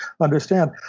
understand